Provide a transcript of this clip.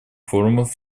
форумов